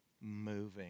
moving